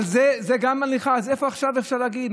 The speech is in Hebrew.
אבל זו גם הליכה, אז מה עכשיו אפשר להגיד?